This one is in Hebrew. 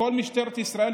כל משטרת ישראל,